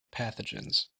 pathogens